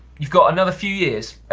you've got another few years,